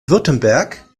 württemberg